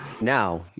Now